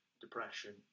depression